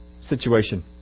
situation